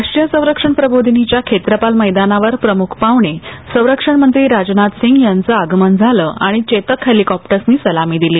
राष्ट्रीय संरक्षण प्रबोधिनीच्या खेत्रपाल मैदानावर प्रमुख पाहूणे संरक्षण मंत्री राजनाथ सिंग यांचं आगमन झालं आणि चेतक हेलिकॉप्टर्सनी सलामी दिली